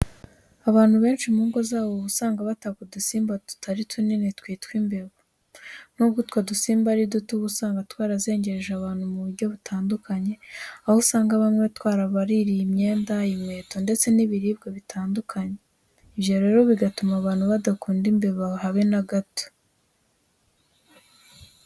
Abantu benshi mu ngo zabo, uba usanga bataka udusimba tutari tunini twitwa imbeba. Nubwo utwo dusimba ari duto, uba usanga twarazengereje abantu mu buryo butandukanye, aho usanga bamwe twarabaririye imyenda, inkweto ndetse n'ibiribwa bitandukanye. Ibyo rero bigatuma abantu badakunda imbeba habe na gato.